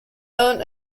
own